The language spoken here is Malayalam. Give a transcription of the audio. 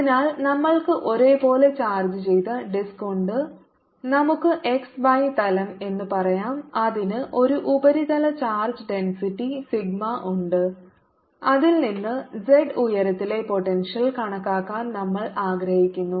അതിനാൽ നമ്മൾക്ക് ഒരേപോലെ ചാർജ്ജ് ചെയ്ത ഡിസ്ക് ഉണ്ട് നമുക്ക് x y തലം എന്ന് പറയാം അതിന് ഒരു ഉപരിതല ചാർജ് ഡെൻസിറ്റി സിഗ്മയുണ്ട് അതിൽ നിന്ന് z ഉയരത്തിലെ പോട്ടെൻഷ്യൽ കണക്കാക്കാൻ നമ്മൾ ആഗ്രഹിക്കുന്നു